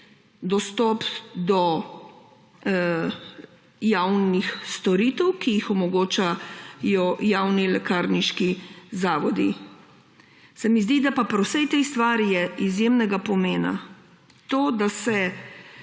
dostop do javnih storitev, ki jih omogočajo javni lekarniški zavodi. Zdi se mi, da pa je pri vsej tej stvari izjemnega pomena to, da